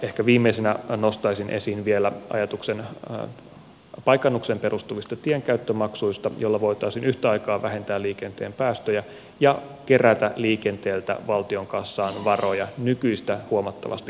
ehkä viimeisenä nostaisin esiin vielä ajatuksen paikannukseen perustuvista tienkäyttömaksuista joilla voitaisiin yhtä aikaa vähentää liikenteen päästöjä ja kerätä liikenteeltä valtion kassaan varoja nykyistä huomattavasti reilummalla tavalla